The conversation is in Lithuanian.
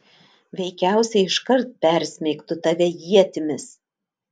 veikiausiai iškart persmeigtų tave ietimis